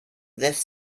this